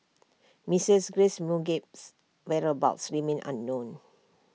Mrs grace Mugabe's whereabouts remain unknown